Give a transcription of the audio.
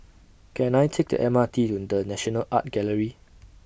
Can I Take The M R T to The National Art Gallery